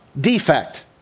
defect